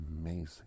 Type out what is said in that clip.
amazing